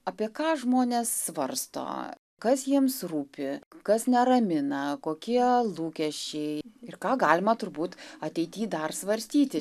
apie ką žmonės svarsto kas jiems rūpi kas neramina kokie lūkesčiai ir ką galima turbūt ateity dar svarstyti